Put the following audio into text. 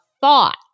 thought